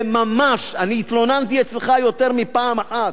זה ממש, אני התלוננתי אצלך יותר מפעם אחת.